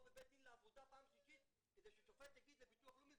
בבית דין לעבודה פעם שלישית כדי ששופט יגיד לביטוח לאומי,